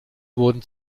wurden